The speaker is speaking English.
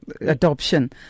adoption